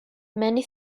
many